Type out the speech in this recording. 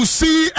see